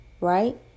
right